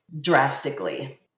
drastically